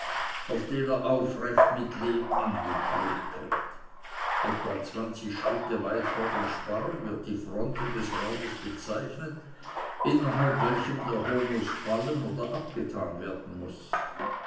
auf den er aufrecht mit lehm angeklebt wird etwa zwanzig schritte weit vor dem sparren wird die fronte des raumes bezeichnet innerhalb welchem der hurnuß fallen oder abgetan werden muß